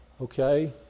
okay